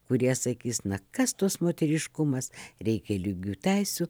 kurie sakys na kas tas moteriškumas reikia lygių teisių